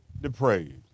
depraved